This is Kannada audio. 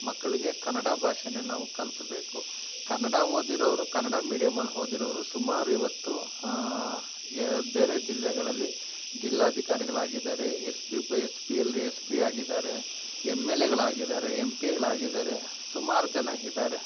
ಮಕ್ಳಿಗೆ ಕನ್ನಡ ಭಾಷೆನೆ ನಾವು ಕಲಿಸಬೇಕು ಕನ್ನಡ ಓದಿರೋರು ಕನ್ನಡ ಮೀಡಿಯಮಲ್ಲಿ ಓದಿರೋರು ಸುಮಾರು ಇವತ್ತು ಯ್ ಬೇರೆ ಜಿಲ್ಲೆಗಳಲ್ಲಿ ಜಿಲ್ಲಾಧಿಕಾರಿಗಳಾಗಿದ್ದಾರೆ S P S P L S P ಆಗಿದ್ದಾರೆ ಎಮ್ ಎಲ್ ಎಗಳಾಗಿದ್ದಾರೆ ಎಮ್ ಪಿಗಳಾಗಿದ್ದಾರೆ ಸುಮಾರು ಜನ ಇದ್ದಾರೆ